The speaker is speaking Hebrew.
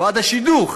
ועד השידוך.